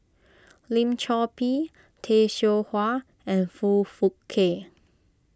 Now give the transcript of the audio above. Lim Chor Pee Tay Seow Huah and Foong Fook Kay